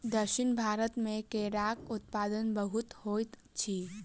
दक्षिण भारत मे केराक उत्पादन बहुत होइत अछि